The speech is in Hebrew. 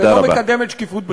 ולא מקדמת שקיפות בכלל.